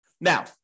Now